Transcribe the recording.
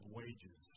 wages